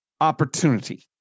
opportunity